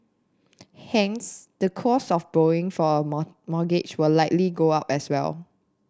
hence the cost of borrowing for a mortgage will likely go up as well